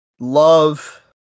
love